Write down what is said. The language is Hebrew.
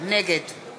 נגד